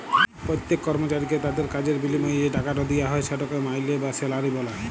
প্যত্তেক কর্মচারীকে তাদের কাজের বিলিময়ে যে টাকাট দিয়া হ্যয় সেটকে মাইলে বা স্যালারি ব্যলে